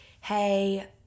hey